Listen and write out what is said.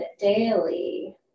daily